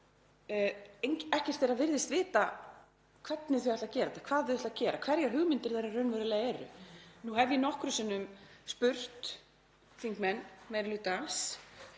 ekkert þeirra virðist vita hvernig þau ætla að gera þetta, hvað þau ætla að gera, hverjar hugmyndirnar raunverulega eru. Nú hef ég nokkrum sinnum spurt þingmenn meiri hlutans,